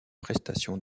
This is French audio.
prestations